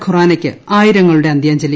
ഖുറാനയ്ക്ക് ആയിരങ്ങളുടെ അന്ത്യാജ്ഞലി